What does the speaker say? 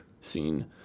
scene